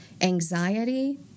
anxiety